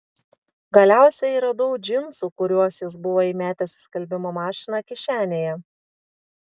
galiausiai radau džinsų kuriuos jis buvo įmetęs į skalbimo mašiną kišenėje